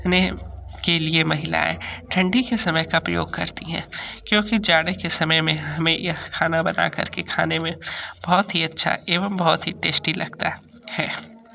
ने के लिए महिलाऍं ठंडी के समय का प्रयोग करती हैं क्योंकि जाड़े के समय में हमें यह खाना बनाकर के खाने में बहुत ही अच्छा एवं बहुत ही टेस्टी लगता है